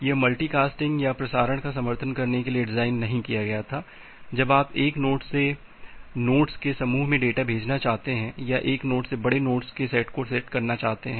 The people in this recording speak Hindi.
यह मल्टी कास्टिंग या प्रसारण का समर्थन करने के लिए डिज़ाइन नहीं किया गया था जब आप एक नोड से नोड्स के समूह में डेटा भेजना चाहते हैं या एक नोड से बड़े नोड्स के सेट को सेट करना चाहते हैं